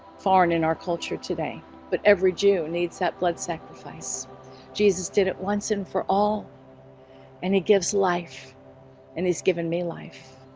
foreign in our culture today but every jew needs, that blood, sacrifice jesus did it once and for all and he gives life and he's given me life,